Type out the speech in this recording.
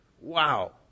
Wow